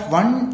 one